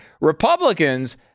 Republicans